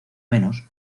menos